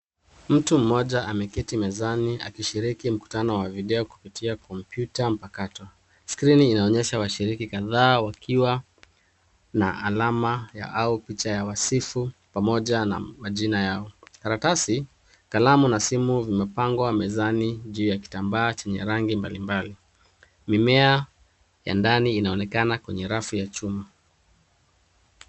Mtu mmoja ameketi mezani akishiriki mkutano wa video kupitia kompyuta mpakato. Skrini inaonyesha washiriki kadhaa wakiwa na alama au picha ya wasifu pamoja na majina yao. Karatasi, kalamu na simu vimepangwa mezani juu ya kitambaa chenye rangi mbalimbali. Mimea ya ndani inaonekana kwenye rafu ya chuma.